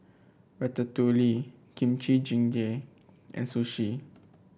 Ratatouille Kimchi Jjigae and Sushi